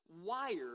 wired